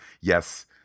yes